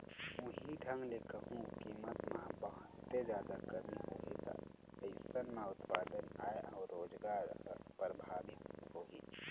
उहीं ढंग ले कहूँ कीमत म बहुते जादा कमी होही ता अइसन म उत्पादन, आय अउ रोजगार ह परभाबित होही